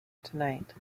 tonight